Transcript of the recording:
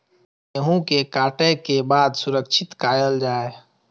गेहूँ के काटे के बाद सुरक्षित कायल जाय?